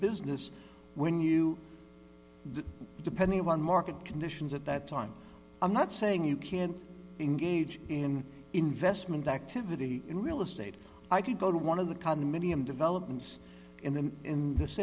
business when you depending on market conditions at that time i'm not saying you can't engage in investment activity in real estate i could go to one of the condominium developments in the in this